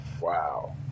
Wow